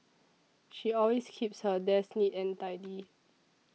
she always keeps her desk neat and tidy